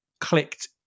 clicked